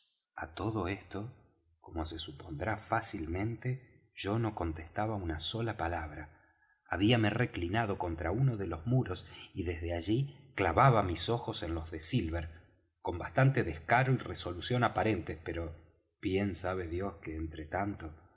á todo esto como se supondrá fácilmente yo no contestaba una sola palabra habíame reclinado contra uno de los muros y desde allí clavaba mis ojos en los de silver con bastante descaro y resolución aparentes pero bien sabe dios que entre tanto